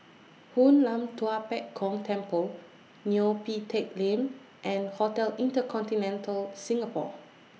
Hoon Lam Tua Pek Kong Temple Neo Pee Teck Lane and Hotel InterContinental Singapore